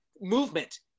movement